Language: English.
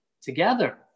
together